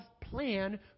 plan